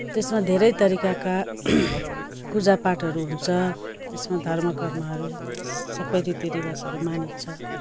त्यसमा धेरै तरिकाका पूजा पाठहरू हुन्छ त्यसमा धर्म कर्महरू सबै रीति रिवाजहरू मानिन्छ